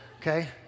Okay